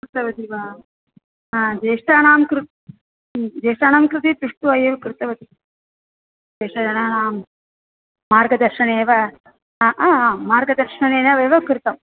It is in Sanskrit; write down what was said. उक्तवती वा ज्येष्ठानां कृ हु ज्येष्ठानां कृते पृष्ट्वा एव कृतवती ज्येष्ठजनानां मार्गदर्शनेन एव मार्गदर्शनेनैव कृतम्